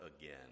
again